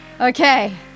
okay